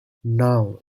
now